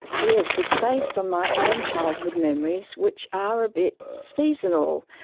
yes, it's based on my own childhood memories which are a bit seasonal,